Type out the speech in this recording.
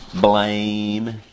blame